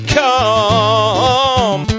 come